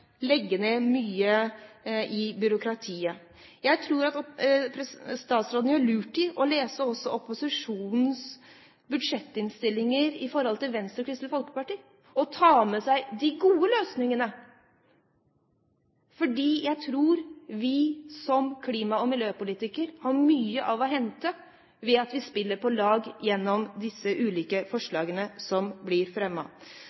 legge ned mye av byråkratiet, tror jeg han gjør lurt i å lese opposisjonens – Venstres og Kristelig Folkepartis – budsjettinnstillinger og ta med seg de gode løsningene, fordi jeg tror vi som klima- og miljøpolitikere har mye å hente ved å spille på lag gjennom de ulike